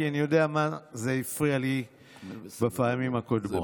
כי זה הפריע לי בפעמים הקודמות.